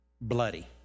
bloody